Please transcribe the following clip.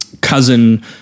cousin